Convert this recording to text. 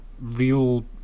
real